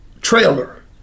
trailer